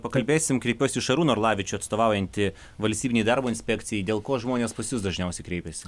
pakalbėsim kreipiuosiu į šarūną arlavičių atstovaujanti valstybinei darbo inspekcijai dėl ko žmonės pas jus dažniausiai kreipiasi